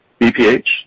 BPH